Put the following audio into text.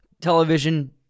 television